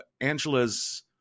angela's